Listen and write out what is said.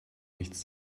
nichts